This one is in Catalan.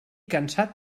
cansat